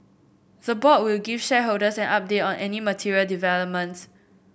the board will give shareholders an update on any material developments